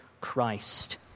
Christ